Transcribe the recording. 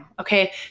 Okay